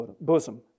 bosom